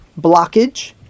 blockage